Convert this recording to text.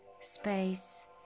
space